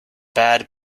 bad